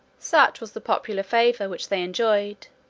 such was the popular favor which they enjoyed,